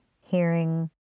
hearing